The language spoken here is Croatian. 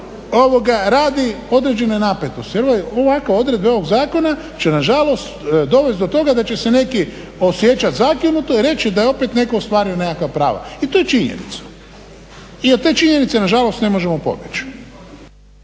Saboru radi određene napetosti. Ovakve odredbe ovog zakona će nažalost dovest do toga da će se neki osjećat zakinuto i reći da je opet neko ostvario nekakva prava. I to je činjenica, i od te činjenice nažalost ne možemo pobjeći.